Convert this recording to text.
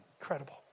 Incredible